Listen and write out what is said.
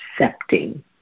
accepting